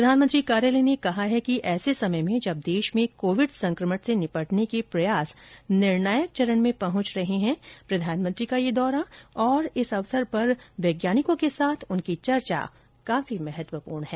प्रधानमंत्री कार्यालय ने कहा है कि ऐसे समय में जब देश में कोविड संकमण से निपटने के प्रयास निर्णायक चरण में पहुंच रहे है प्रधानमंत्री का यह दौरा और इस अवसर पर वैज्ञानिकों के साथ उनकी चर्चा काफी महत्वपूर्ण है